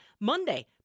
Monday